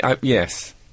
Yes